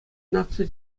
наци